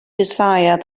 desire